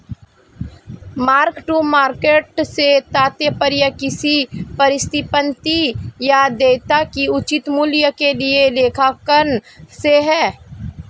mark to market से तात्पर्य किसी परिसंपत्ति या देयता के उचित मूल्य के लिए लेखांकन से है